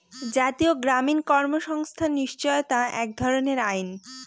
জাতীয় গ্রামীণ কর্মসংস্থান নিশ্চয়তা এক ধরনের আইন